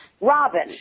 Robin